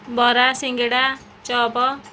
ବରା ସିଙ୍ଗଡ଼ା ଚପ